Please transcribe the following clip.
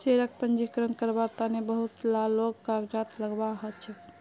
शेयरक पंजीकृत कारवार तन बहुत ला कागजात लगव्वा ह छेक